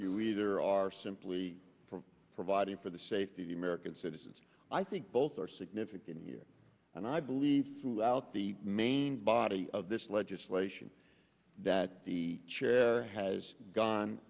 you either are simply for providing for the safety of american citizens i think both are significant here and i believe throughout the main body of this legislation that the chair has gone